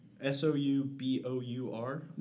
S-O-U-B-O-U-R